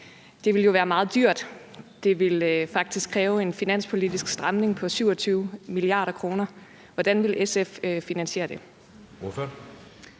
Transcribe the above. Det ville jo være meget dyrt; det ville faktisk kræve en finanspolitisk stramning på 27 mia. kr. Hvordan vil SF finansiere det?